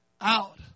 out